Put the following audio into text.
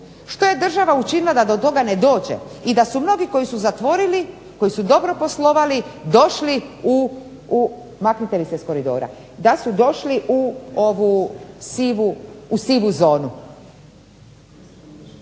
što je država učinila da do toga ne dođe i da su mnogi koji su zatvorili, koji su dobro poslovali, došli u sivu zonu, a donedavno su radili posve legalno.